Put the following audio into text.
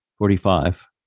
Forty-five